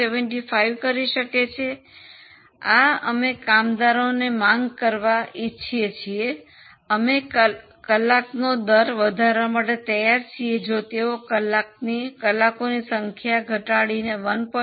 75 કરી શકે છે આ અમે કામદારોને માંગ કરવા ઈચ્છે છીએ અમે કલાક નો દર વધારવા માટે તૈયાર છીએ જો તેઓ કલાકોની સંખ્યા ઘટાડીને 1